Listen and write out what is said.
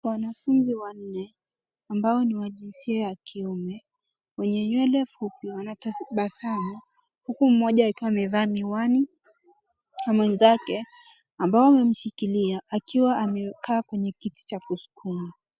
Wanafunzi wanne, ambao ni wa jinsia ya kiume, wenye nywele fupi, wanatabasamu , huku mmoja akiwa amevaa miwani na mwenzake ambao wamemshikilia, akiwa amekaa kwenye kiti cha kusukuma.